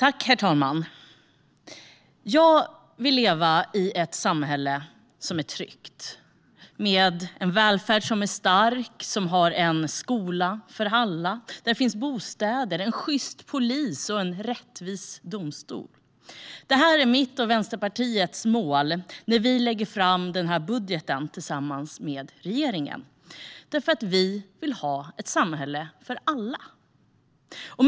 Herr talman! Jag vill leva i ett samhälle som är tryggt, med en välfärd som är stark, som har en skola för alla och där det finns bostäder, en sjyst polis och en rättvis domstol. Detta är mitt och Vänsterpartiets mål när vi tillsammans med regeringen lägger fram denna budget. Vi vill nämligen ha ett samhälle för alla.